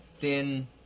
thin